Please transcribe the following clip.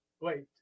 wait